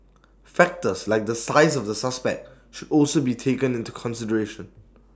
factors like the size of the suspect should also be taken into consideration